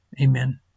Amen